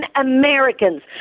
Americans